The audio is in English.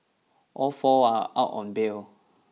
all four are out on bail